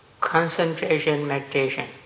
concentration-meditation